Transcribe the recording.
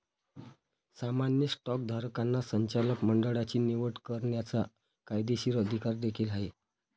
सामान्य स्टॉकधारकांना संचालक मंडळाची निवड करण्याचा कायदेशीर अधिकार देखील आहे